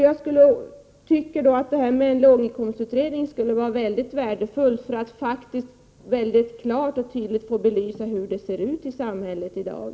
Jag tycker att en låginkomstutredning skulle vara mycket värdefull för att vi klart och tydligt skulle få belyst hur det ser ut i samhället i dag.